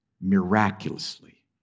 miraculously